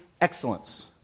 Excellence